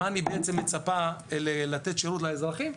איזה שירות אני מצפה לתת לאזרחים.